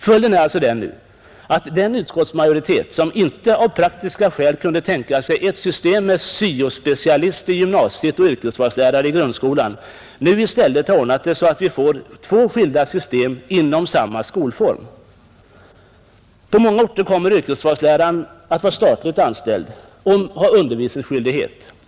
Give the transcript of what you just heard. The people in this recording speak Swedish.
Följden av detta har alltså blivit, att den utskottsmajoritet som inte av praktiska skäl kunde tänka sig ett system med syo-specialist i gymnasiet och yrkesvalslärare i grundskolan nu i stället har ordnat det så att vi får två skilda system inom samma skolform, På många orter kommer yrkesvalsläraren att vara statligt anställd och ha undervisningsskyldighet.